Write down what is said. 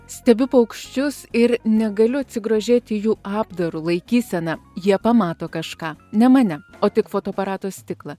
stebiu paukščius ir negaliu atsigrožėti jų apdaru laikysena jie pamato kažką ne mane o tik fotoaparato stiklą